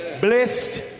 blessed